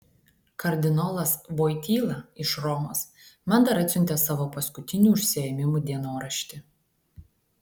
kardinolas voityla iš romos man dar atsiuntė savo paskutinių užsiėmimų dienoraštį